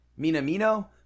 Minamino